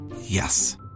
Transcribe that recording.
Yes